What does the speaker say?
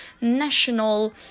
National